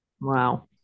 Wow